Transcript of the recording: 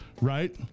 Right